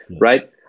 right